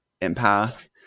empath